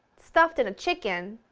stuffed in a chicken,